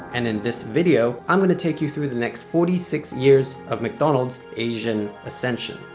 and in this video i'm going to take you through the next forty six years of mcdonald's' asian ascension.